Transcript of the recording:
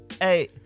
Hey